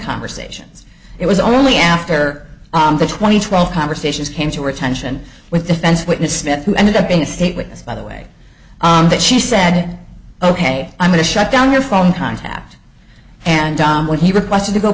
conversations it was only after the twenty twelve conversations came to our attention with defense witness smith who ended up being a state witness by the way that she said ok i'm going to shut down your phone contact and um when he requested to go